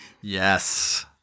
Yes